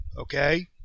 okay